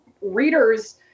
readers